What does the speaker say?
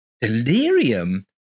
Delirium